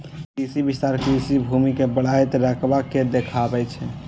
कृषि विस्तार कृषि भूमि के बढ़ैत रकबा के देखाबै छै